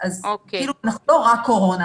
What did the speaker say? אז, כאילו אנחנו לא רק קורונה.